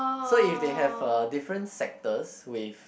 so if they have a different sectors with